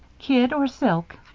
kid, or silk?